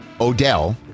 Odell